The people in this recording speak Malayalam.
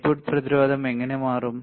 ഇൻപുട്ട് പ്രതിരോധം എങ്ങനെ മാറും